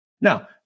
Now